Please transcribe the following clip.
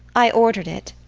i ordered it.